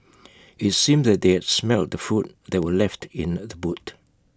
IT seemed that they had smelt the food that were left in the boot